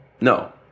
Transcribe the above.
No